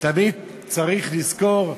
תמיד צריך לזכור,